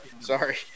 sorry